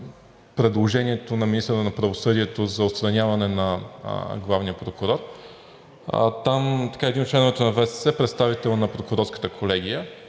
предложението на министъра на правосъдието за отстраняване на главния прокурор, там един от членовете на ВСС – представител на Прокурорската колегия,